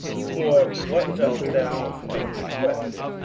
for what dost thou make request?